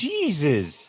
Jesus